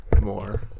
more